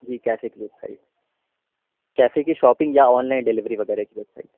جی cafe کی website cafe کی shopping یا آنلائن ڈیلیوری وغیرہ کی ویب سائٹ ہے